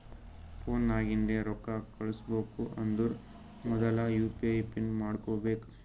phone ನಾಗಿಂದೆ ರೊಕ್ಕಾ ಕಳುಸ್ಬೇಕ್ ಅಂದರ್ ಮೊದುಲ ಯು ಪಿ ಐ ಪಿನ್ ಮಾಡ್ಕೋಬೇಕ್